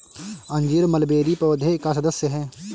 अंजीर मलबेरी पौधे का सदस्य है